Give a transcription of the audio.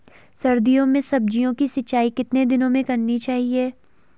सर्दियों में सब्जियों की सिंचाई कितने दिनों में करनी चाहिए?